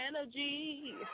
energy